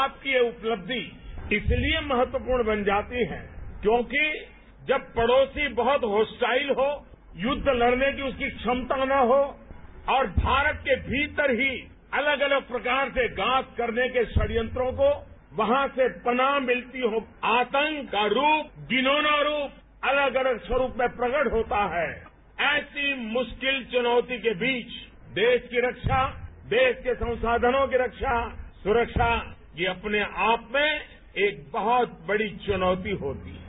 आपकी ये उपलब्धि इसलिए महत्वपूर्ण बन जाती है क्योंकि जब पड़ोसी बहुत होस्टाइल हो युद्ध लड़ने की उसकी क्षमता न हो और भारत के भीतर ही अलग अलग प्रकार से घात करने के पड़यंत्रों को वहां से पनाह मिलती हो बल मिलती हो आतंक का रूप घिनौना रूप अलग अलग स्वरूप में प्रकट होता है ऐसी मुश्किल चुनौती के बीच देरा की रक्षा देरा के संसाधनों की रक्षा सुरक्षा ये अपने आपमें एक बहुत बड़ी चुनौती होती है